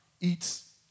eats